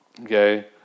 Okay